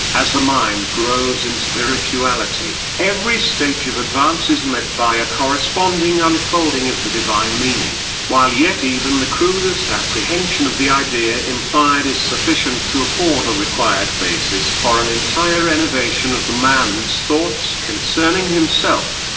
as the mind grows in spirituality, every stage of advance is met by a corresponding unfolding of the divine meaning while yet even the crudest apprehension of the idea implied is sufficient sufficient to afford the required basis for an entire renovation of the man's thoughts concerning himself,